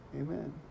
Amen